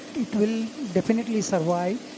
it will definitely survive,